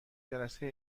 جلسه